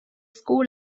school